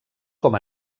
com